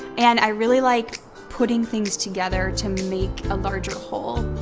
and i really like putting things together to make a larger whole.